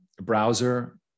browser